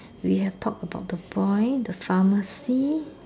we have talked about the boy the pharmacy